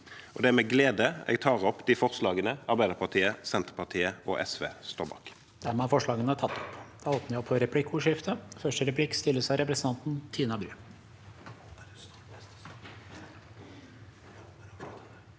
Det er med glede jeg tar opp de forslagene Arbeiderpartiet, Senterpartiet og SV står bak.